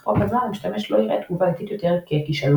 אך בו בזמן המשתמש לא יראה תגובה איטית יותר כ"כישלון".